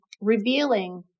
revealing